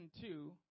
two